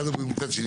מצד שני,